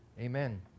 Amen